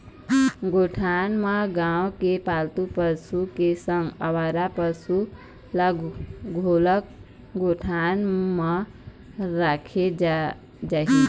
गौठान म गाँव के पालतू पशु के संग अवारा पसु ल घलोक गौठान म राखे जाही